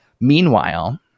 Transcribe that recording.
Meanwhile